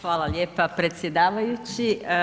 Hvala lijepo predsjedavajući.